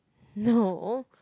no